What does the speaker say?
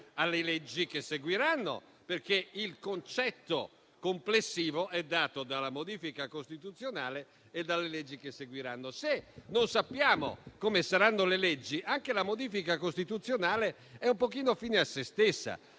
alle leggi che seguiranno, perché il concetto complessivo è dato dalla modifica costituzionale e dalle leggi che seguiranno. Se non sappiamo come saranno le leggi, anche la modifica costituzionale è un po' fine a sé stessa.